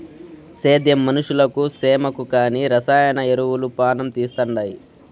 సేద్యం మనుషులకు సేమకు కానీ రసాయన ఎరువులు పానం తీస్తండాయి